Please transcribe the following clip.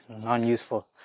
non-useful